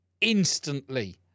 instantly